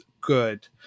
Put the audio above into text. good